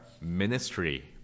ministry